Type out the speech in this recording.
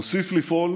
נוסיף לפעול